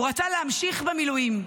הוא רצה להמשיך במילואים.